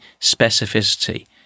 specificity